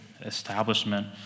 establishment